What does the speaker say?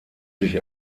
sich